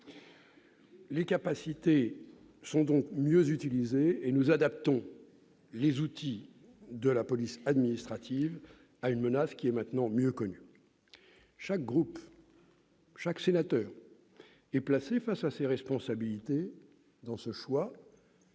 Les capacités sont donc mieux utilisées et nous adaptons les outils de la police administrative à une menace qui est maintenant mieux connue. Chaque groupe, chaque sénateur, est placé face à ses responsabilités dans ce choix.